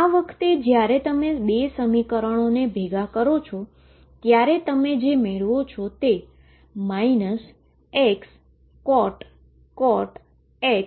આ વખતે જ્યારે તમે બે સમીકરણો ભેગા કરો છો ત્યારે તમે જે મેળવો છો તે Xcot X